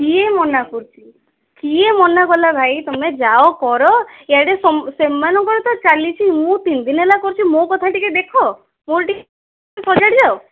କିଏ ମନା କରୁଛି କିଏ ମନା କଲା ଭାଇ ତୁମେ ଯାଅ କର ଇୟାଡ଼େ ସେମାନଙ୍କର ତ ଚାଲିଛି ମୁଁ ତିନି ଦିନ ହେଲା କରୁଛି ମୋ କଥା ଟିକେ ଦେଖ ମୋର ଟିକେ ସଜାଡ଼ି ଦିଅ